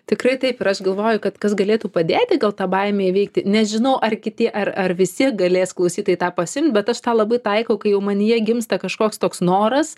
tikrai taip ir aš galvoju kad kas galėtų padėti gal tą baimę įveikti nežinau ar kiti ar ar visi galės klausytojai tą pasiimt bet aš tą labai taikau kai jau manyje gimsta kažkoks toks noras